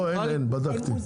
לא אין בדקתי.